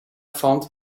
found